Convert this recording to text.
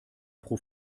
pro